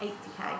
80K